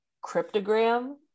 cryptogram